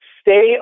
Stay